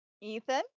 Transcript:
Ethan